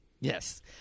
yes